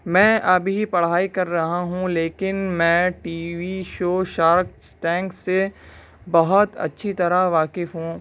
میں ابھی پڑھائی کر رہا ہوں لیکن میں T V shows Shark Tank سے بہت اچھی طرح واقف ہوں